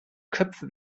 köpfe